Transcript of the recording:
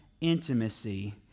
intimacy